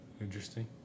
Interesting